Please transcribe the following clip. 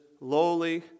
lowly